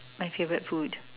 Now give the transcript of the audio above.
my favorite food